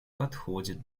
подходит